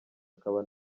akaba